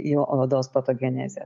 į odos patogenezę